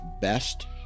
best